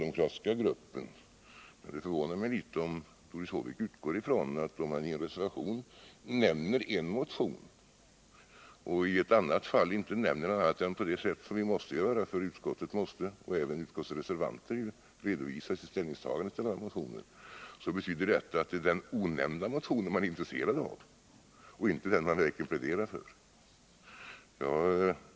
Men det förvånar mig litet om Doris Håvik utgår från att när man i en reservation nämner en motion och i ett annat fall inte nämner den på annat sätt än man måste göra — eftersom utskottet och utskottets reservanter måste redovisa sitt ställningstagande till alla motioner — betyder detta att det är den onämnda motionen som man är intresserad av och inte den som man verkligen pläderar för.